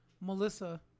Melissa